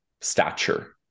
stature